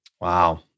Wow